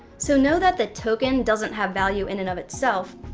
so know that the token doesn't have value in and of itself,